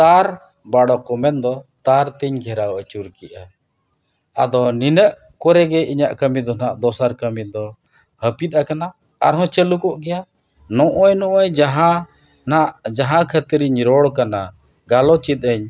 ᱛᱟᱨ ᱵᱟᱰᱚ ᱠᱚ ᱢᱮᱱᱫᱚ ᱛᱟᱨ ᱛᱤᱧ ᱜᱷᱮᱨᱟᱣ ᱟᱹᱪᱩᱨ ᱠᱮᱜᱼᱟ ᱟᱫᱚ ᱱᱤᱱᱟᱹᱜ ᱠᱚᱨᱮᱜ ᱜᱮ ᱤᱧᱟᱹᱜ ᱠᱟᱹᱢᱤ ᱫᱚ ᱦᱟᱸᱜ ᱫᱚᱥᱟᱨ ᱠᱟᱹᱢᱤ ᱫᱚ ᱦᱟᱹᱯᱤᱫ ᱟᱠᱟᱱᱟ ᱟᱨᱦᱚᱸ ᱪᱟᱹᱞᱩ ᱠᱚᱜ ᱠᱮᱭᱟ ᱱᱚᱜᱼᱚᱭ ᱱᱚᱜᱼᱚᱭ ᱡᱟᱦᱟᱱᱟᱜ ᱡᱟᱦᱟᱸ ᱠᱷᱟᱹᱛᱤᱨᱤᱧ ᱨᱚᱲ ᱠᱟᱱᱟ ᱜᱟᱞᱚᱪ ᱤᱫᱟᱹᱧ